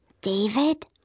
David